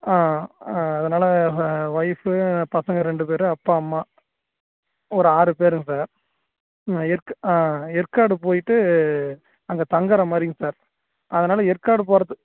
ஆ ஆ அதனால் ஒய்ஃப்பு பசங்க ரெண்டு பேர் அப்பா அம்மா ஒரு ஆறு பேருங்க சார் ம் எற்கு ஆ ஏற்காடு போயிவிட்டு அங்கே தங்குகிற மாதிரிங்க சார் அதனால் ஏற்காடு போகறது